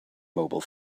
mobile